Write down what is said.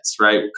right